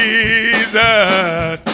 Jesus